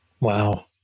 Wow